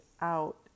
out